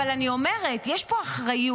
אבל אני אומרת שיש פה אחריות.